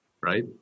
right